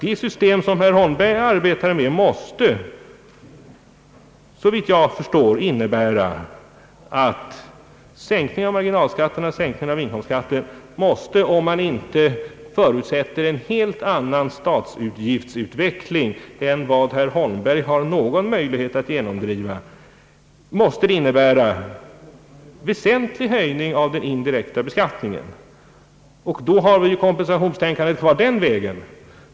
Det system som herr Holmberg arbetar med måste, såvitt jag förstår, innebära att en sänkning av marginalskatterna och en sänkning av inkomstskatterna betyder — om man inte förutsätter en helt annan statsutgiftsutveckling än vad herr Holmberg har någon möjlighet att genomdriva — en väsentlig höjning av den indirekta beskattningen, och då har vi kompensationstänkandet kvar den vägen.